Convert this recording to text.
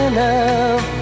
love